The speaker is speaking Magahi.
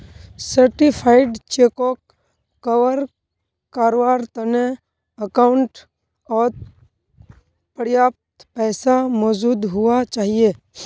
सर्टिफाइड चेकोक कवर कारवार तने अकाउंटओत पर्याप्त पैसा मौजूद हुवा चाहि